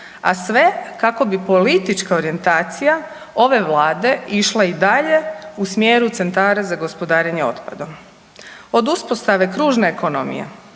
a sve kako bi politička orijentacija ove Vlade išla i dalje u smjeru centara za gospodarenje otpadom. Od uspostave kružne ekonomije,